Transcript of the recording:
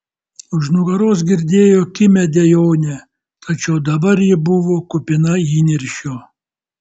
už nugaros girdėjo kimią dejonę tačiau dabar ji buvo kupina įniršio